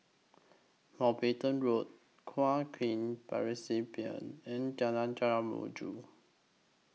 Mountbatten Road Kuo and Jalan Mojo